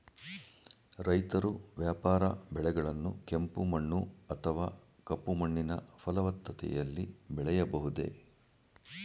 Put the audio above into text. ರೈತರು ವ್ಯಾಪಾರ ಬೆಳೆಗಳನ್ನು ಕೆಂಪು ಮಣ್ಣು ಅಥವಾ ಕಪ್ಪು ಮಣ್ಣಿನ ಫಲವತ್ತತೆಯಲ್ಲಿ ಬೆಳೆಯಬಹುದೇ?